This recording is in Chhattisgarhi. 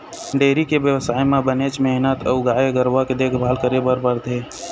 डेयरी के बेवसाय म बनेच मेहनत अउ गाय गरूवा के देखभाल करे ल परथे